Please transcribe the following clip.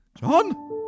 John